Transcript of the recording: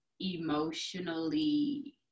emotionally